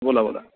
बोला बोला